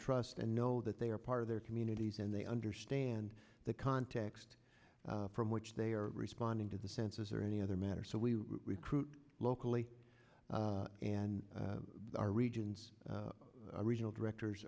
trust and know that they are part of their communities and they understand the context from which they are responding to the census or any other matter so we recruit locally and our regions or regional directors